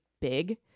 big